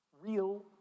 real